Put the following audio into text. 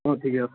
অঁ ঠিকে আছে